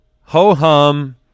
Ho-hum